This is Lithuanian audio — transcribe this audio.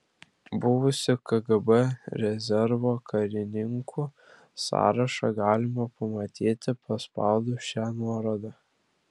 buvusių kgb rezervo karininkų sąrašą galima pamatyti paspaudus šią nuorodą